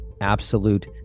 absolute